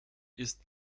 ist